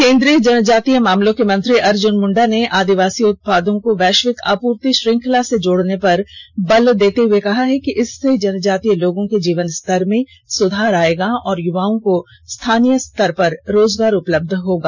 केंद्रीय जनजातीय मामलों के मंत्री अर्जुन मुंडा ने आदिवासी उत्पादों को वैश्विक आपूर्ति श्रंखला से जोड़ने पर बल देते हुए कहा है कि इससे जनजातीय लोगों के जीवन स्तर में सुधार आएगों और युवाओं को स्थानीय स्तर पर रोजगार उपलब्ध होगा